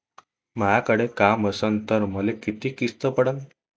मायाकडे काम असन तर मले किती किस्त पडन?